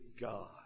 God